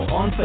on